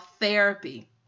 therapy